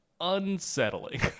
unsettling